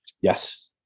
Yes